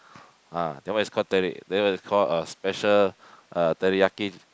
ah that one is call teri~ that one is call a special uh teriyaki